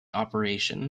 operation